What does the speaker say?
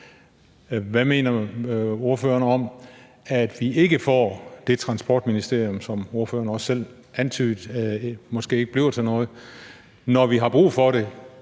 Hvad mener ordføreren om, at vi ikke får det transportministerium, som ordføreren også selv antydede måske ikke bliver til noget, når vi har brug for det,